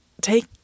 take